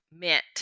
meant